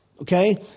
Okay